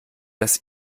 das